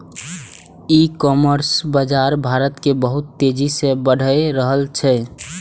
ई commerce बाजार भारत मे बहुत तेजी से बढ़ि रहल छै